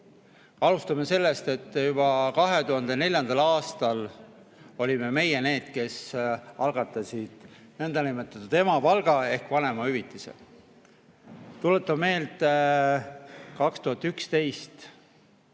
Alustame sellest, et juba 2004. aastal olime meie need, kes algatasid nõndanimetatud emapalga ehk vanemahüvitise. Tuletan meelde: 2011,